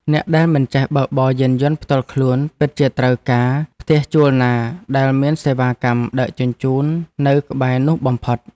អ្នកដែលមិនចេះបើកបរយានយន្តផ្ទាល់ខ្លួនពិតជាត្រូវការផ្ទះជួលណាដែលមានសេវាកម្មដឹកជញ្ជូននៅក្បែរនោះបំផុត។